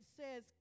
says